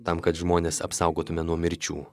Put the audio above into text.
tam kad žmones apsaugotume nuo mirčių